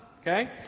Okay